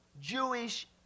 Jewish